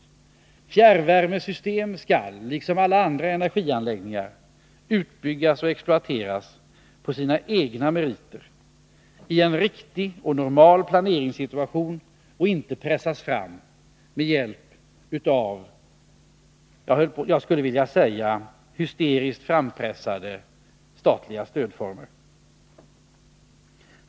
Fjärrvärmesystem skall, liksom alla andra energianläggningar, utbyggas och exploateras på sina egna meriter, i en riktig och normal planeringssituation, och inte tvingas fram med hjälp av vad jag vill kalla hysteriskt frampressade statliga stödformer.